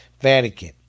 Vatican